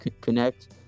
connect